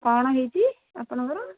କ'ଣ ହେଇଛି ଆପଣଙ୍କର